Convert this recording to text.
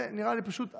זה נראה לי פשוט אבסורד.